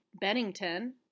Bennington